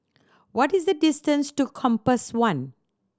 what is the distance to Compass One